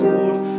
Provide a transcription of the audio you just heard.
Lord